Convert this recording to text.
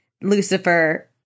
Lucifer